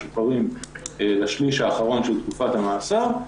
משוחררים לשליש האחרון של תקופת המאסר.